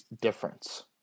difference